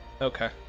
Okay